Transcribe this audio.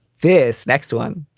this next one,